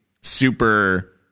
super